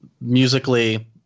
musically